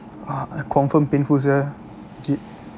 ah confirm painful sia legit